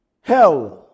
Hell